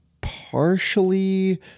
partially